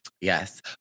Yes